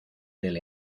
del